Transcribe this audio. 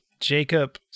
Jacob